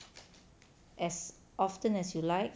as often as you like